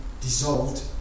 dissolved